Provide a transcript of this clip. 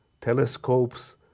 telescopes